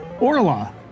Orla